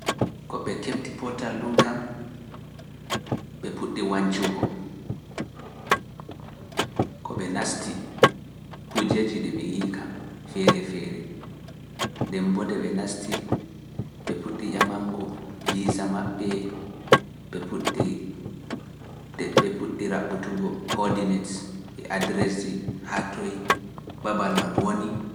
Ko ɓe keɓti pootal ɗum kam, ɓe puɗɗi wañcugo, ko ɓe naasti huujeji ɗe ɓe yi’i kam feere feere, ndembo nde ɓe naasti ɓe puɗɗi ƴamango visa maɓɓe, ɓe puɗɗi raɓɓutugo koordinet e adresji haa toyi, Babal maa woni.